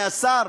היה שר,